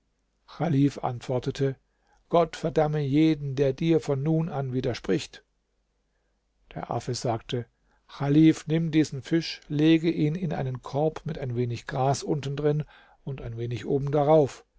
chalif antwortete gott verdamme jeden der dir von nun an widerspricht der affe sagte chalif nimm diesen fisch lege ihn in einen korb mit ein wenig gras unten drin und ein wenig oben darauf